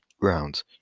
grounds